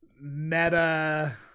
meta